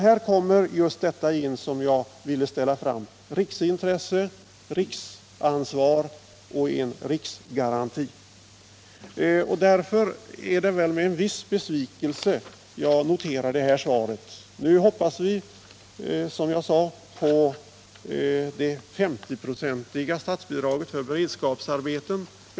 Här blir det fråga om just riksintresse, riksansvar och riksgaranti. Det är därför med en viss besvikelse jag noterar svaret. Nu hoppas vi, som sagt, på det S0-procentiga statsbidraget för beredskapsarbeten.